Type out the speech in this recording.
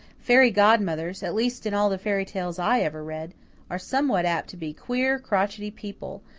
fairy godmothers at least, in all the fairy tales i ever read are somewhat apt to be queer, crochety people,